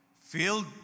filled